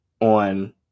on